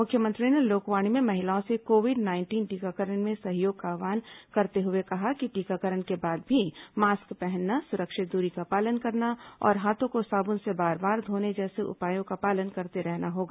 मुख्यमंत्री ने लोकवाणी में महिलाओं से कोविड नाइंटीन टीकाकरण में सहयोग का आव्हान करते हुए कहा कि टीकाकरण के बाद भी मास्क पहनना सुरक्षित दूरी का पालन करना और हाथों को साबुन से बार बार धोने जैसे उपायों का पालन करते रहना होगा